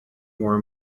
more